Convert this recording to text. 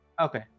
Okay